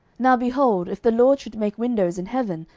now, behold, if the lord should make windows in heaven,